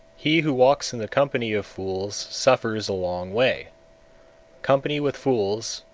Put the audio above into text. he who walks in the company of fools suffers a long way company with fools,